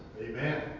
Amen